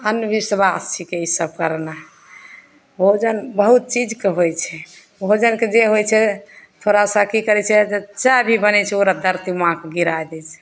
अन्धबिश्वास छिकै ई सभ करनाइ भोजन बहुत चीज कऽ होइत छै भोजन कऽ जे होइत छै थोड़ासा की करै छै जे चाय भी बनै छै ओकरा धरती माँ कऽ गिराए दै छै